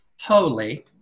Holy